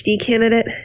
candidate